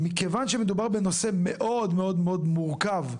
מכיוון שמדובר בנושא מאוד מאוד מורכב,